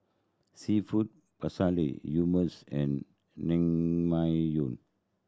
Seafood Paella Hummus and Naengmyeon